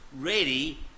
ready